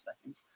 seconds